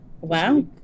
Wow